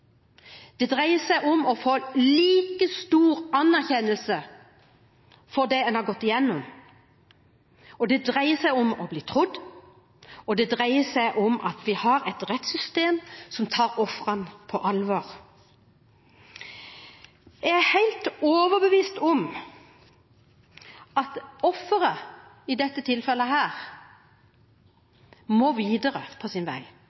Det dreier seg om å få like stor anerkjennelse for det en har gått gjennom, det dreier seg om å bli trodd, og det dreier seg om at vi har et rettssystem som tar ofrene på alvor. Jeg er helt overbevist om at offeret i dette tilfellet må videre på sin vei.